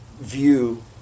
view